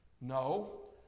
No